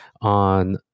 on